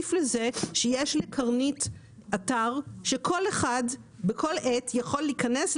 אוסיף לזה שיש לקרנית אתר שכל אחד בכל עת יכול להיכנס,